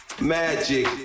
Magic